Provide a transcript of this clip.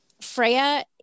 Freya